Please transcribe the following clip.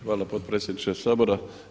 Hvala potpredsjedniče Sabora.